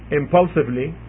impulsively